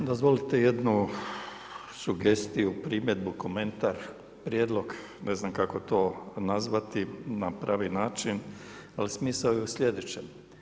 Dozvolite jednu sugestiju, primjedbu, komentar, prijedlog, ne znam kako to nazvati na pravi način, ali smisao je slijedeće.